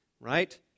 right